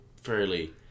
fairly